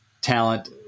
talent